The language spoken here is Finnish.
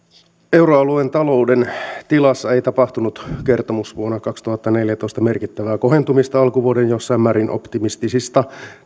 euroalueen talouden tilassa ei tapahtunut kertomusvuonna kaksituhattaneljätoista merkittävää kohentumista alkuvuoden jossain määrin optimistisista